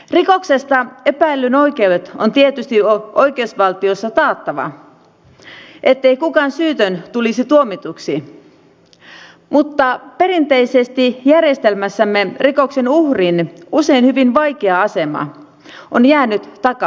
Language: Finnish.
rikoksesta epäillyn oikeudet on tietysti oikeusvaltiossa taattava ettei kukaan syytön tulisi tuomituksi mutta perinteisesti järjestelmässämme rikoksen uhrin usein hyvin vaikea asema on jäänyt taka alalle